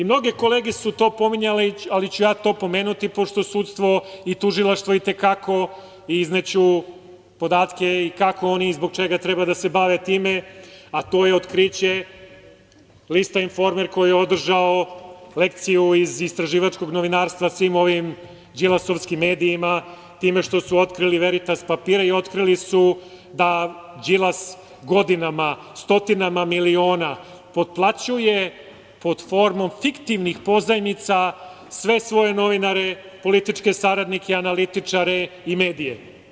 Mnoge kolege su to pominjale, ali ću ja to pomenuti, pošto sudstvo i tužilaštvo i te kako, izneću podatke, kako oni i zbog čega treba da se bave time, a to je otkriće lista „Informer“ koji je održao lekciju iz istraživačkog novinarstva svim ovim Đilasovskim medijima, time što su otkrili veritas papire i otkrili su da Đilas godinama, stotinama miliona potplaćuje, pod formom fiktivnih pozajmica sve svoje novinare, političke saradnike, analitičare i medije.